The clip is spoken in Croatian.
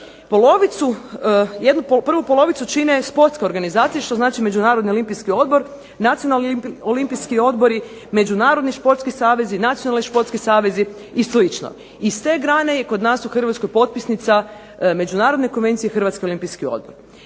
Prvu polovicu čine sportske organizacije što znači Međunarodni olimpijski odbor, nacionalni olimpijski odbori, međunarodni športski savezi, nacionalni športski savezi i slično. Iz te grane je kod nas u Hrvatskoj potpisnica Međunarodne konvencije Hrvatski olimpijski odbor.